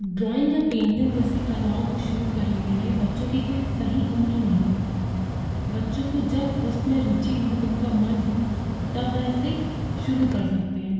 drawing या painting जैसी कलाओं को शुरू करने के लिए बच्चों की कोई सही उम्र नहीं है बच्चों को जब उसमें रुचि हो उनका मन हो तब वह उसे शुरू कर सकते हैं